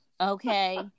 okay